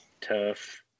Tough